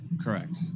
Correct